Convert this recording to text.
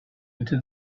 into